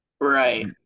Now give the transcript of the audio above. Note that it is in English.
Right